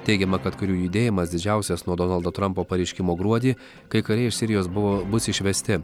teigiama kad karių judėjimas didžiausias nuo donaldo trampo pareiškimo gruodį kai kariai iš sirijos buvo bus išvesti